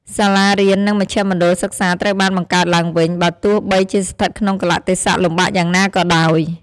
សាលារៀននិងមជ្ឈមណ្ឌលសិក្សាត្រូវបានបង្កើតឡើងវិញ បើទោះបីជាស្ថិតក្នុងកាលៈទេសៈលំបាកយ៉ាងណាក៏ដោយ។